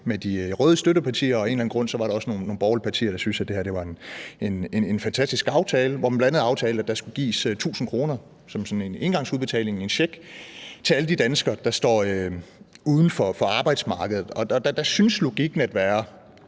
en eller anden grund var der også nogle borgerlige partier, der syntes, at det her var en fantastisk aftale, hvor man bl.a. aftalte, at der skulle gives 1.000 kr. som sådan en engangsudbetaling, en check, til alle de danskere, der står uden for arbejdsmarkedet. Der synes logikken at være,